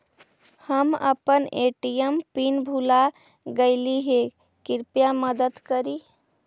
हम अपन ATM pin भूल गईली हे, कृपया मदद करी